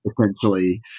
essentially